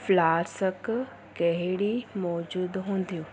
flask केहिड़ी मौजूदु हूंदियूं